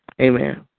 Amen